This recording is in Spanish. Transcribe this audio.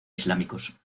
islámicos